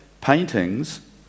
paintings